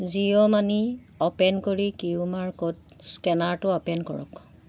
Jio money open কৰি Q R code স্কেনাৰটো open কৰক